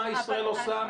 מה ישראל עושה,